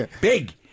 Big